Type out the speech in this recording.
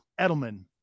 Edelman